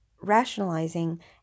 rationalizing